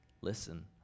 listen